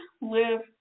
live